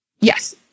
Yes